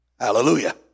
Hallelujah